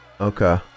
Okay